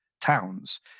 towns